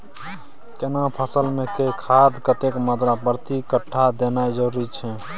केना फसल मे के खाद आर कतेक मात्रा प्रति कट्ठा देनाय जरूरी छै?